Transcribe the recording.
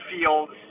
fields